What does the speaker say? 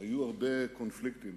היו הרבה קונפליקטים,